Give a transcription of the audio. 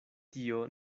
tio